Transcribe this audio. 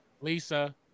Lisa